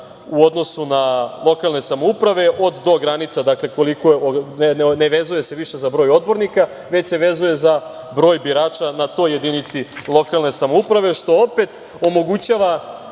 u odnosu na lokalne samouprave od, do granica, ne vezuje se više za odbornika, već se vezuje za broj birača na toj jedini lokalne samouprave, što opet omogućava